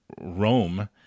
Rome